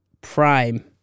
prime